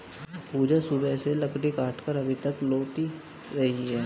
पूजा सुबह से लकड़ी काटकर अभी लौट रही है